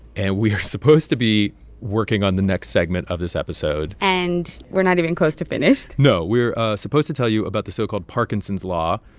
and we are supposed to be working on the next segment of this episode and we're not even close to finished no. we're supposed to tell you about the so-called parkinson's law,